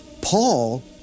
Paul